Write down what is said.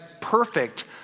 perfect